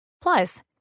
Plus